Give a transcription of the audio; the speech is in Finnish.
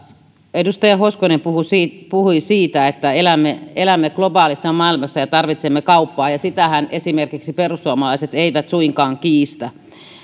edustaja hoskonen puhui siitä että elämme elämme globaalissa maailmassa ja tarvitsemme kauppaa ja sitähän esimerkiksi perussuomalaiset eivät suinkaan kiistä